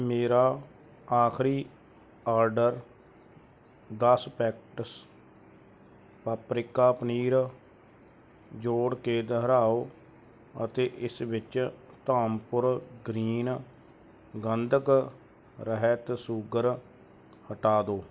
ਮੇਰਾ ਆਖਰੀ ਆਰਡਰ ਦਸ ਪੈਕਟਸ ਪਾਪਰਿਕਾ ਪਨੀਰ ਜੋੜ ਕੇ ਦੁਹਰਾਓ ਅਤੇ ਇਸ ਵਿੱਚ ਧਾਮਪੁਰ ਗ੍ਰੀਨ ਗੰਧਕ ਰਹਿਤ ਸ਼ੂਗਰ ਹਟਾ ਦੋ